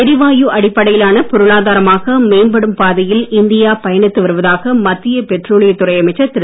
எரிவாயு அடிப்படையிலான பொருளாதாரமாக மேம்படும் பாதையில் இந்தியா பயணித்து வருவதாக மத்திய பெட்ரோலியத் துறை அமைச்சர் திரு